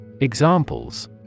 Examples